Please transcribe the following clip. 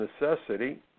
necessity